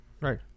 right